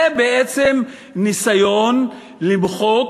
זה בעצם ניסיון למחוק